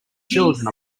children